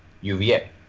UVA